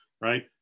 right